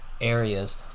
areas